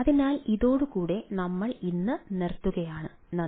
അതിനാൽ ഇതോടു കൂടെ നമ്മൾ ഇന്നു നിർത്തുകയാണ് നന്ദി